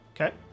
okay